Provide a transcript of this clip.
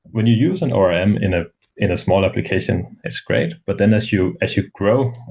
when you use an orm in ah in a small application, it's great, but then as you as you grow,